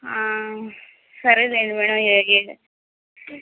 సరేలేండి మేడం ఇక ఇయ్య